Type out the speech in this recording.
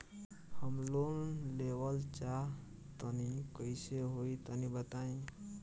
हम लोन लेवल चाहऽ तनि कइसे होई तनि बताई?